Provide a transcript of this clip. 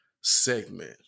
segment